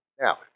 Now